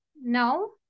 No